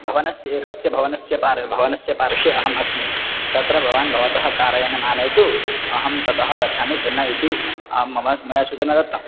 भवनस्य एकस्य भवनस्य पार् भवनस्य पार्श्वे अहम् अस्मि तत्र भवान् भवतः कारयानम् आनयतु अहं ततः गच्छामि चेन्नै इति अहं मम समये सूचना दत्तम्